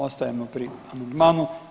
Ostajemo pri amandmanu.